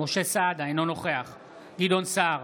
אינו נוכח גדעון סער,